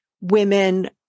women